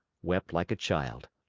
wept like a child.